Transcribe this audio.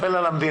נופל על המדינה.